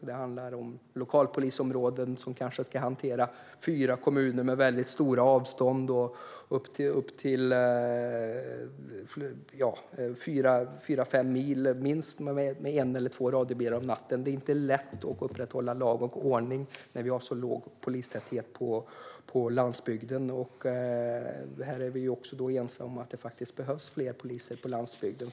Det handlar om lokalpolisområden som ska hantera kanske fyra kommuner med väldigt stora avstånd - minst fyra fem mil - med en eller två radiobilar om natten. Det är inte lätt att upprätthålla lag och ordning när vi har så låg polistäthet på landsbygden. Vi är ense om att det behövs fler poliser på landsbygden.